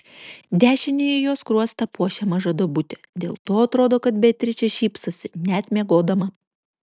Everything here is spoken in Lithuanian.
dešinįjį jos skruostą puošia maža duobutė dėl to atrodo kad beatričė šypsosi net miegodama